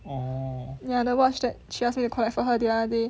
ya the watch that she asked me to collect for her the other day